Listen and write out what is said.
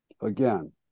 again